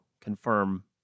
confirm